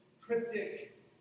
cryptic